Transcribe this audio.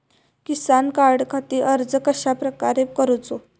किसान कार्डखाती अर्ज कश्याप्रकारे करूचो?